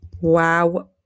Wow